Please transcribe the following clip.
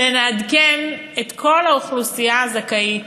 ונעדכן את כל האוכלוסייה הזכאית,